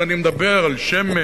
אבל אני מדבר על שמן,